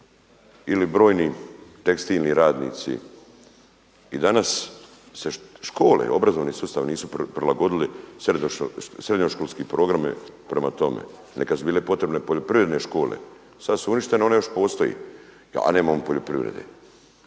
ili brojni tekstilni radnici. I danas se škole, obrazovni sustav nisu prilagodili srednjoškolske programe, prema tome nekad su bile potrebne poljoprivredne škole. Sad su uništene, one još postoji, a nema on poljoprivrede.